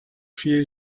vier